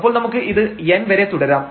അപ്പോൾ നമുക്ക് ഇത് n വരെ തുടരാം